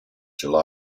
july